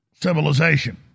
civilization